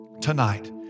tonight